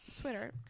Twitter